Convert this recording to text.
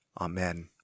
Amen